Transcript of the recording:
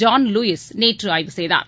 John Lewis நேற்று ஆய்வு செய்தார்